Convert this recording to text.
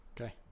Okay